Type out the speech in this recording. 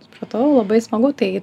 supratau labai smagu tai